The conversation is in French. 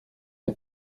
est